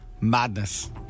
Madness